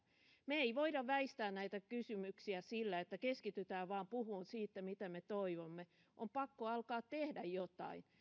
me emme voi väistää näitä kysymyksiä sillä että keskitytään vain puhumaan siitä mitä me toivomme on pakko alkaa tehdä jotain